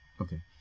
okay